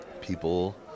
people